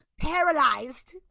Paralyzed